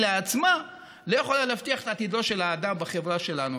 לעצמה לא יכולה להבטיח את עתידו של האדם בחברה שלנו,